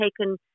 taken